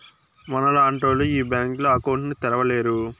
మనలాంటోళ్లు ఈ బ్యాంకులో అకౌంట్ ను తెరవలేరు